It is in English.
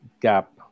gap